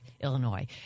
Illinois